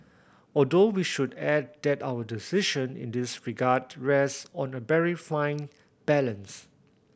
although we should add that our decision in this regard rests on a very fine balance